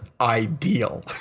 ideal